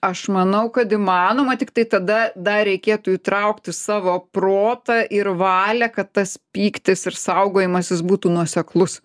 aš manau kad įmanoma tiktai tada dar reikėtų įtraukti savo protą ir valią kad tas pyktis ir saugojimasis būtų nuoseklus